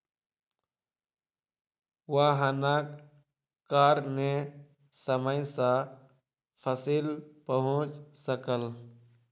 वाहनक कारणेँ समय सॅ फसिल पहुँच सकल